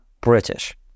British